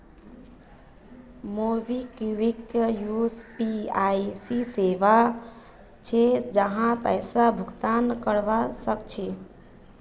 MobiKwik UPI सेवा छे जहासे पैसा भुगतान करवा सक छी